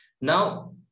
Now